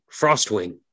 Frostwing